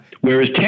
Whereas